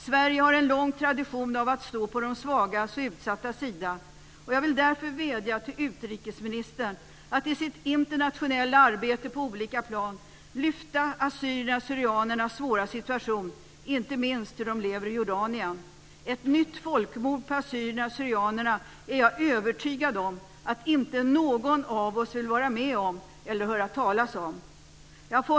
Sverige har en lång tradition av att stå på de svagas och utsattas sida, och jag vill därför vädja till utrikesministern att i sitt internationella arbete på olika plan lyfta frågan om assyriernas syrianerna.